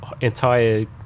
entire